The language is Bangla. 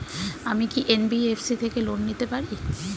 আমি কি এন.বি.এফ.সি থেকে লোন নিতে পারি?